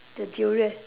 the durian